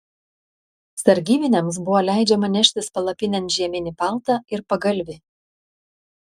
sargybiniams buvo leidžiama neštis palapinėn žieminį paltą ir pagalvį